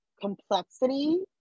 complexity